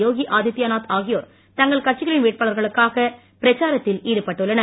யோகி ஆதித்தியநாத் ஆகியோர் தங்கள் கட்சிகளின் வேட்பாளர்களுக்காக பிரச்சாரத்தில் ஈடுபட்டுள்ளனர்